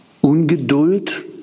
Ungeduld